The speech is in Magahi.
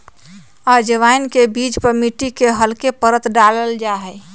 अजवाइन के बीज पर मिट्टी के हल्के परत डाल्ल जाहई